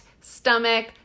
stomach